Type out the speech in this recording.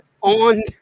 on